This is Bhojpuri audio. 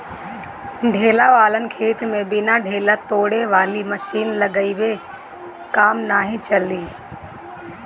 ढेला वालन खेत में बिना ढेला तोड़े वाली मशीन लगइले काम नाइ चली